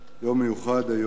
יום מיוחד היום,